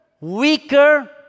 weaker